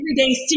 everyday